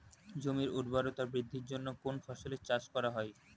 জমির উর্বরতা বৃদ্ধির জন্য কোন ফসলের চাষ করা হয়?